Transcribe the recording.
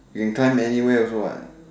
you can climb anywhere also what